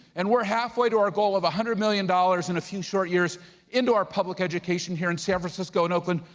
and we're halfway to our goal of one hundred million dollars in a few short years into our public education here in san francisco and oakland,